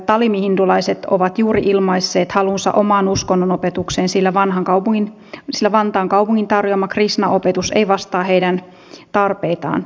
tamili hindulaiset ovat juuri ilmaisseet halunsa omaan uskonnonopetukseen sillä vantaan kaupungin tarjoama krishna opetus ei vastaa heidän tarpeitaan